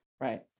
Right